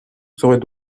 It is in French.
serait